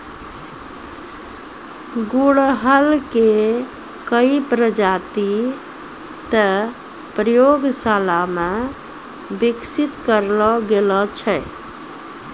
गुड़हल के कई प्रजाति तॅ प्रयोगशाला मॅ विकसित करलो गेलो छै